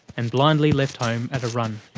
and blindly left home at a run.